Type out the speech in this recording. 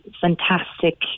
fantastic